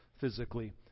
physically